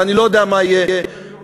ואני לא יודע מה יהיה בעתיד,